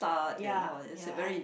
ya ya I